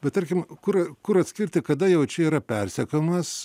bet tarkim kur kur atskirti kada jau čia yra persekiojimas